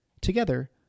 Together